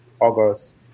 August